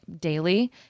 daily